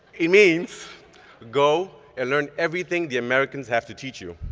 it means go and learn everything the americans have to teach you.